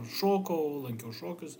šokau lankiau šokius